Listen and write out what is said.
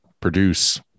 produce